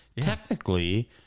technically